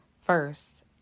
first